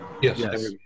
Yes